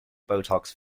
botox